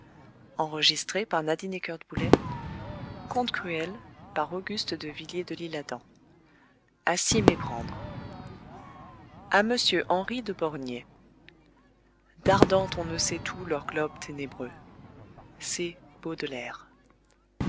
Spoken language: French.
à s'y méprendre à monsieur henri de bornier dardant on ne sait où leurs globes ténébreux c